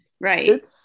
right